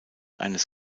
eines